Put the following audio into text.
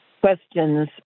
Questions